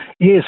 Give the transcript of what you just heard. Yes